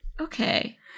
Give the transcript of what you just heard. Okay